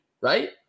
right